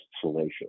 salacious